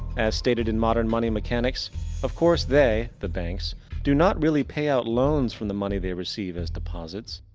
as stated in modern money mechanics of course they the banks do not really pay out loans for the money, they receive as deposits.